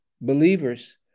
believers